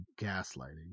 gaslighting